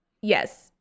Yes